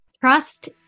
Trust